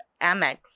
Amex